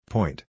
Point